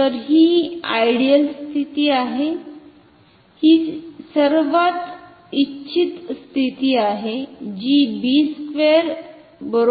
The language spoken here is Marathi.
तर ही आयडिअल स्थिती आहे हि सर्वात इच्छित स्थिती आहे जि b2